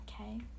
Okay